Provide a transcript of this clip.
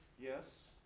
yes